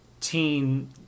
teen